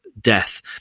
death